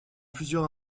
plusieurs